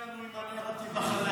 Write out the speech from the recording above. שלא יבלבל לנו עם הנרטיב החדש שלו.